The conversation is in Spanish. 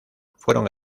fueron